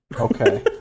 okay